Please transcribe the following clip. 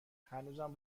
هنوزم